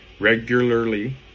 regularly